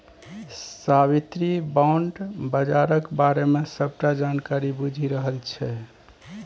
साबित्री bond बजारक बारे मे सबटा जानकारी बुझि रहल छै